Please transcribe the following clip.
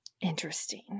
Interesting